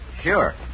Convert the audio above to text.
Sure